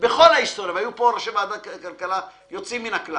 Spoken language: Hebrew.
בכל ההיסטוריה והיו פה יושבי ראש ועדת הכלכלה יוצאים מן הכלל